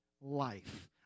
life